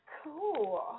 Cool